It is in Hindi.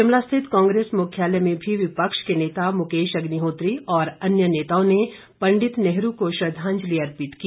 शिमला स्थित कांग्रेस मुख्यालय में भी विपक्ष के नेता मुकेश अग्निहोत्री और अन्य नेताओं ने पंडित नेहरू को श्रद्वांजलि अर्पित की